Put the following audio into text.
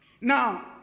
Now